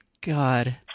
God